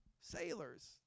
Sailors